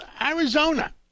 Arizona